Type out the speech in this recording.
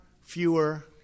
Fewer